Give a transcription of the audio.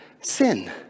sin